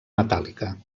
metàl·lica